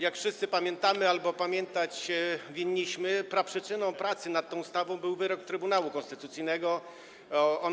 Jak wszyscy pamiętamy albo pamiętać winniśmy, praprzyczyną pracy nad tą ustawą był wyrok Trybunału Konstytucyjnego